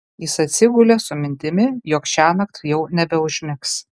jis atsigulė su mintimi jog šiąnakt jau nebeužmigs